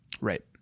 Right